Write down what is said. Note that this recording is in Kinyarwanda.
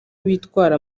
bitwara